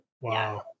Wow